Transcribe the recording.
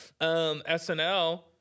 SNL